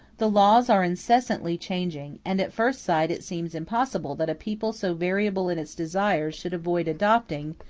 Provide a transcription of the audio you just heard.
the laws are incessantly changing, and at first sight it seems impossible that a people so variable in its desires should avoid adopting,